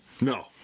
No